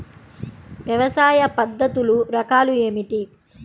వ్యవసాయ పద్ధతులు రకాలు ఏమిటి?